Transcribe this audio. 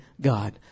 God